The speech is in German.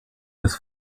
des